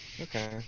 Okay